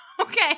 Okay